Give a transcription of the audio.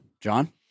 John